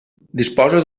disposa